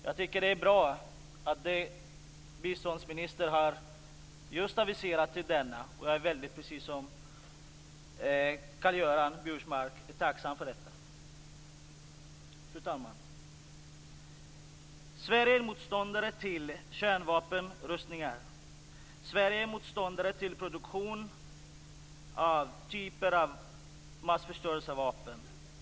Jag tycker att det är bra att biståndsministern har aviserat den här översynen. Precis som Karl-Göran Biörsmark är jag mycket tacksam för detta. Fru talman! Sverige är motståndare till kärnvapenrustningar. Sverige är motståndare till produktion av olika typer av massförstörelsevapen.